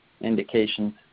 indications